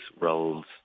roles